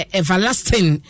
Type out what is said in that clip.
everlasting